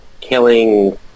killing